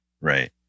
right